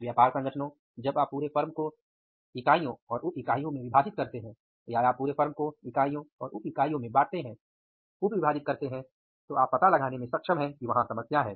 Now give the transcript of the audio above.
व्यापार संगठनो जब आप पूरे फर्म को इकाइयों और उप इकाइयों में विभाजित करते हैं या पूरे फर्म को इकाइयों और उप इकाइयों में बाँटते है उप विभाजित करते हैं तो आप पता लगाने में सक्षम हैं कि वहा समस्या है